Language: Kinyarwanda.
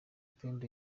pendo